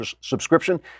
subscription